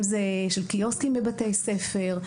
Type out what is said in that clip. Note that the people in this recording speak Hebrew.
אם זה קיוסקים בבתי ספר,